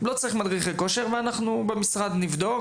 אנחנו לא צריכים מדריכי כושר, ואנחנו נבדוק במשרד.